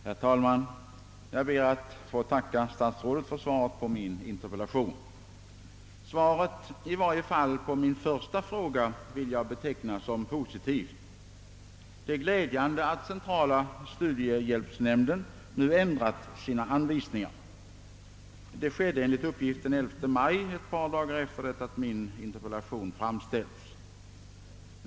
Herr talman! Jag ber att få tacka statsrådet för svaret på min interpellation. Svaret, i varje fall på min första fråga, vill jag beteckna som positivt. Det är glädjande att centrala studiehjälpsnämnden nu har ändrat sina anvisningar. Det gjordes enligt uppgift den 11 maj, alltså ett par dagar efter det att jag hade framställt min interpellation.